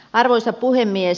arvoisa puhemies